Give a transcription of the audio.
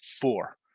four